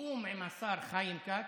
בתיאום עם השר חיים כץ.